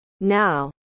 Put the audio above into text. Now